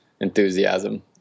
enthusiasm